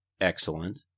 Excellent